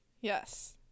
Yes